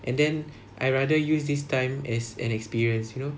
and then I rather use this time as an experience you know